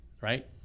right